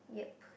yup